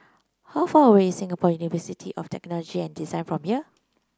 how far away is Singapore University of Technology and Design from here